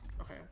okay